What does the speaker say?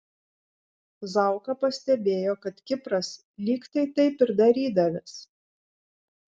zauka pastebėjo kad kipras lyg tai taip ir darydavęs